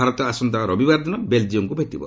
ଭାରତ ଆସନ୍ତା ରବିବାର ଦିନ ବେଲ୍ଜିୟମକୁ ଭେଟିବ